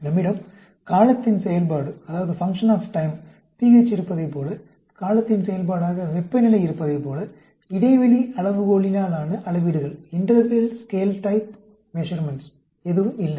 நம்மிடம் காலத்தின் செயல்பாடாக pH இருப்பதைப் போல காலத்தின் செயல்பாடாக வெப்பநிலை இருப்பதைப் போல இடைவெளி அளவுகோளினாலான அளவீடுகள் எதுவும் இல்லை